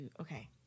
okay